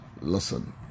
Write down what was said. Listen